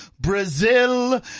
Brazil